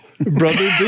Brother